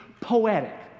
poetic